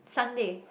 Sunday